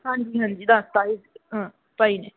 ਹਾਂਜੀ ਹਾਂਜੀ ਦੱਸਤਾ ਭਾਅ ਜੀ ਨੇ